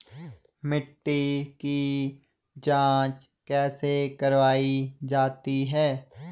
मिट्टी की जाँच कैसे करवायी जाती है?